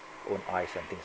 own eyes ah this